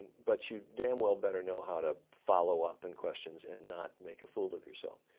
but you damn well better know how to follow up in questions and not make a fool of yourself.